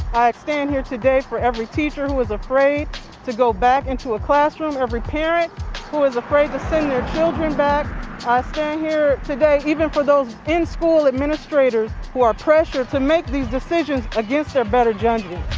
i stand here today for every teacher who is afraid to go back into a classroom, every parent who is afraid to send their children back. i ah stand here today even for those in-school administrators who are pressured to make these decisions against their better judgment.